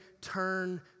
turn